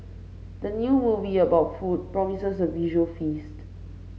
the new movie about food promises a visual feast